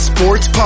Sports